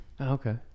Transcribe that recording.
Okay